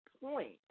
point